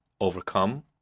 overcome